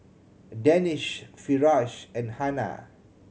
Danish Firash and Hana